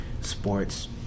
sports